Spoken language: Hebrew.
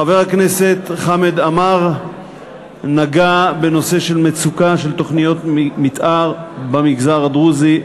חבר הכנסת חמד עמאר נגע בנושא של מצוקת תוכניות המתאר במגזר הדרוזי,